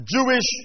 Jewish